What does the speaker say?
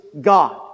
God